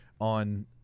on